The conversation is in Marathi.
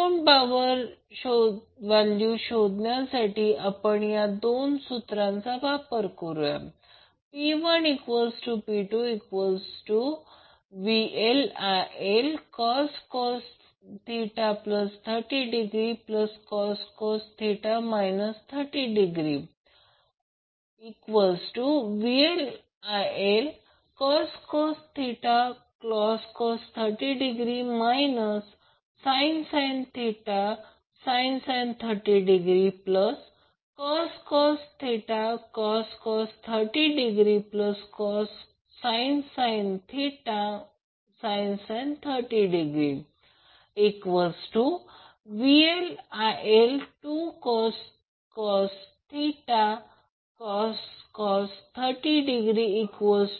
एकूण पॉवर व्हॅल्यू शोधण्यासाठी आपण या दोन सूत्रांचा वापर करू या P1P2VL IL cos 30°cos 30° VL IL cos cos 30° sin sin 30°cos cos 30°sin sin 30° VL IL 2cos cos 30°3VLILcos